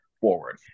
forward